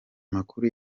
makuru